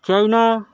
China